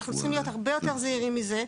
אנחנו צריכים להיות הרבה יותר זהירים מזה,